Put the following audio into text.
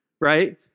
right